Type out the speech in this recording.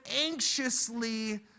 anxiously